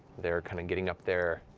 they're kind of getting up there,